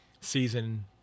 season